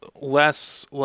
less